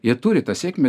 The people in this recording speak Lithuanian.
jie turi tą sėkmę